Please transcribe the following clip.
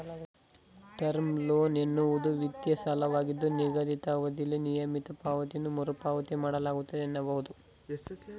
term loan ಎನ್ನುವುದು ವಿತ್ತೀಯ ಸಾಲವಾಗಿದ್ದು ನಿಗದಿತ ಅವಧಿಯಲ್ಲಿ ನಿಯಮಿತ ಪಾವತಿಗಳಲ್ಲಿ ಮರುಪಾವತಿ ಮಾಡಲಾಗುತ್ತೆ ಎನ್ನಬಹುದು